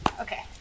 Okay